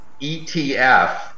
ETF